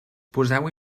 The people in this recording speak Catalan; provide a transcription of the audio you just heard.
poseu